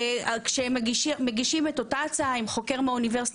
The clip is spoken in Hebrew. כשהם מגישים את אותה הצעה עם חוקר מהאוניברסיטה